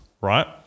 Right